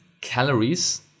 calories